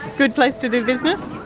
good place to do business?